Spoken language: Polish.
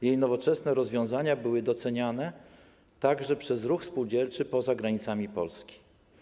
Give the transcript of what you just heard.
Jej nowoczesne rozwiązania były doceniane także przez ruch spółdzielczy poza granicami Polski.